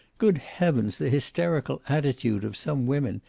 good heavens, the hysterical attitude of some women!